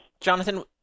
Jonathan